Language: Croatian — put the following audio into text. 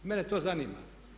Mene to zanima.